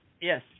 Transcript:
Yes